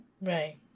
Right